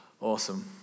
Awesome